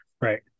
Right